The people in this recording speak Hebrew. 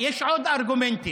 יש עוד ארגומנטים.